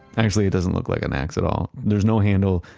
honestly, it doesn't look like an axe at all. there's no handle,